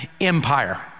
empire